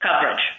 coverage